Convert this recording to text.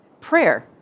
Prayer